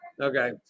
okay